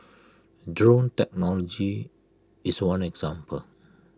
drone technology is one example